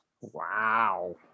wow